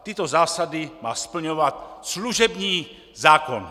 Tyto zásady má splňovat služební zákon.